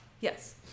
Yes